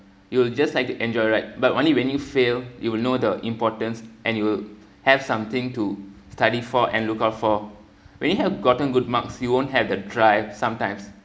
you will just like to enjoy right but only when you fail you will know the importance and you will have something to study for and look out for when you have gotten good marks you won't have the drive sometimes